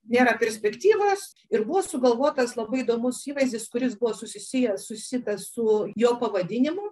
nėra perspektyvos ir buvo sugalvotas labai įdomus įvaizdis kuris buvo susijęs susitas su jo pavadinimu